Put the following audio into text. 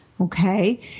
okay